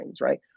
right